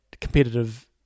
competitive